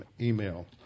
email